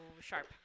sharp